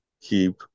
keep